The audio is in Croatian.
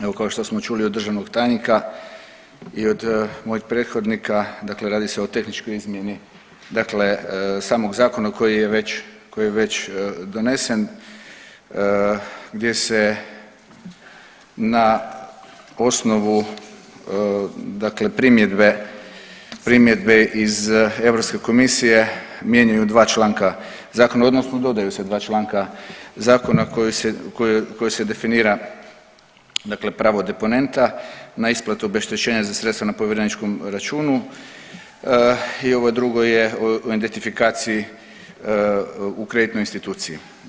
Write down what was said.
Evo kao što smo čuli od državnog tajnika i od mojih prethodnika, dakle radi se o tehničkoj izmjeni samog zakona koji je već donesen gdje se na osnovu primjedbe iz Europske komisije mijenjaju dva članka odnosno dodaju se dva članka Zakona koji se definira pravo deponenta na isplatu obeštećenja za sredstva na povjereničkom računu i ovo drugo je o identifikaciji u kreditnoj instituciji.